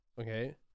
okay